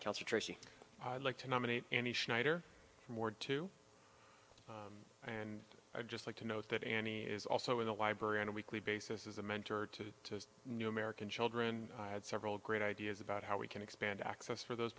concentration i like to nominate any schneider mord to and i'd just like to note that any is also in the library on a weekly basis is a mentor to new american children had several great ideas about how we can expand access for those